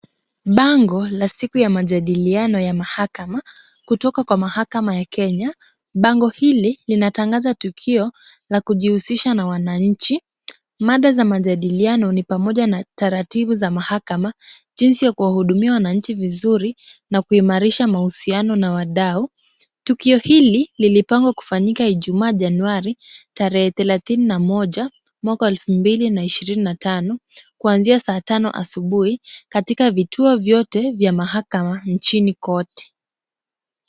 Bango, la siku ya majadiliano ya mahakama, kutoka kwa mahakama ya Kenya. Bango hili linatangaza tukio la kujihusisha na wananchi. Mada za majadiliano ni pamoja na taratibu za mahakama, jinsi ya kuwahudumia wananchi vizuri, na kuimarisha mahusiano na wadau. Tukio hili lilipangwa kufanyika Ijumaa Januari tarehe thelathini na moja mwaka wa elfu mbili na ishirini na tano, kuanzia saa tano asubuhi katika vituo vyote vya mahakama nchini kote.